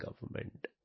government